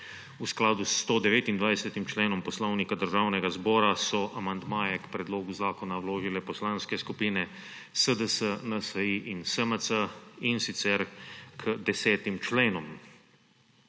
V skladu s 129. členom Poslovnika Državnega zbora so amandmaje k predlogu zakona vložile poslanske skupine SDS, NSi in SMC, in sicer k desetim členom.